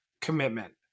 commitment